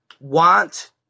want